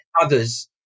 others